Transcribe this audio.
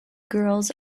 girls